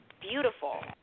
beautiful